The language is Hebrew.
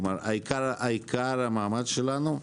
כלומר, עיקר המאמץ שלנו,